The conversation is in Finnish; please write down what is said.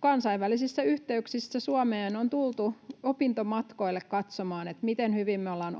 Kansainvälisissä yhteyksissä Suomeen on tultu opintomatkoille katsomaan, miten hyvin me ollaan